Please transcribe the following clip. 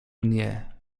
mnie